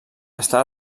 està